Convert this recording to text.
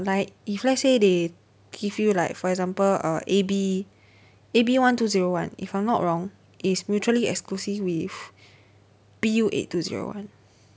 like if let's say they give you like for example uh A_B A_B one two zero one if I'm not wrong is mutually exclusive with B_U eight two zero one